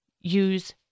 use